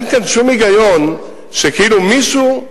אין כאן שום היגיון שכאילו מישהו,